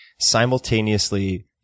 simultaneously